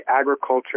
agriculture